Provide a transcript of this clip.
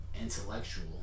intellectual